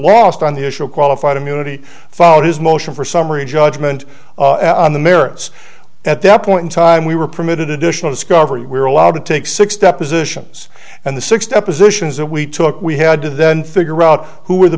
lost on the issue of qualified immunity followed his motion for summary judgment on the merits at that point in time we were permitted additional discovery we were allowed to take six depositions and the six depositions that we took we had to then figure out who were the